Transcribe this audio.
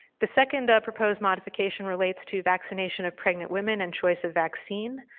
the second proposed modification relates to vaccination of pregnant women and choice of vaccine.